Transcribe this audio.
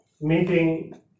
Meeting